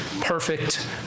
perfect